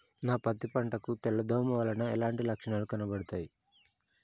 నా పత్తి పంట కు తెల్ల దోమ వలన ఎలాంటి లక్షణాలు కనబడుతాయి?